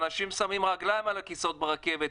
אנשים שמים רגליים על הכיסאות ברכבת,